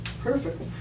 Perfect